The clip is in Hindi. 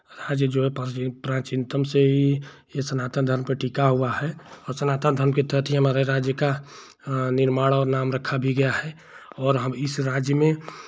राज्य जो है प्र प्राचीनतम से ही ये सनातन धर्म पे टिका हुआ है और सनातन धर्म के तहत ही हमारे राज्य का निर्माण और नाम रखा भी गया है और हम इस राज्य में